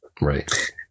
Right